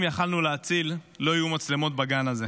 יכולנו להציל לו היו מצלמות בגן הזה.